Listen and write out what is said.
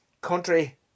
country